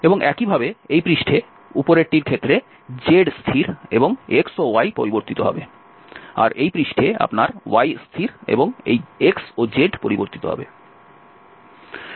এবং একইভাবে এই পৃষ্ঠে উপরেরটির ক্ষেত্রে z স্থির এবং x ও y পরিবর্তিত হবে এই পৃষ্ঠে আপনার y স্থির এবং এই x ও z পরিবর্তিত হবে